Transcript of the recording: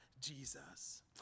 Jesus